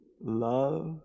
love